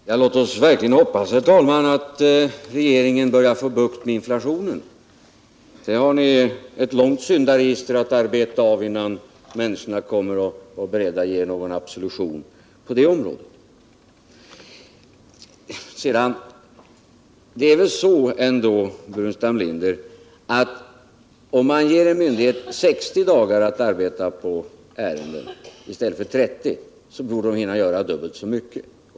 Herr talman! Låt oss verkligen hoppas att regeringen börjar få bukt med inflationen. Där har ni ett långt syndaregister att arbeta av, innan människorna är beredda att ge er absolution. Om man ger en myndighet 60 dagar att arbeta på i stället för 30, borde myndigheten hinna med att göra dubbelt så mycket.